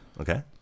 okay